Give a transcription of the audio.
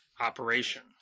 operation